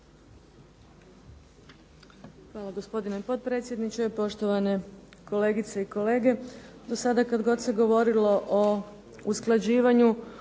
Hvala gospodine potpredsjedniče, poštovane kolegice i kolege. Sada kad god se govorilo o usklađivanju,